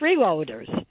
freeloaders